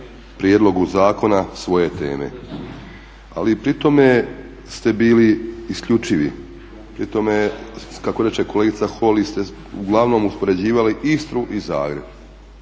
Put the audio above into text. prijedlogu zakona svoje teme. Ali pri tome ste bili isključivi, pri tome kako reče kolegica Holy ste uglavnom uspoređivali Istru i Zagreb.